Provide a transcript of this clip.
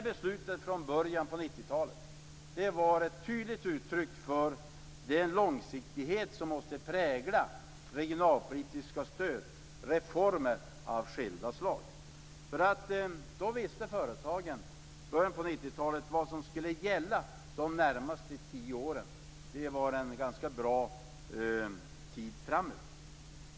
Beslutet från början av 90-talet var ett tydligt uttryck för den långsiktighet som måste prägla regionalpolitiska stöd och reformer av skilda slag. I början av 90-talet visste företagen vad som skulle gälla under de närmaste tio åren.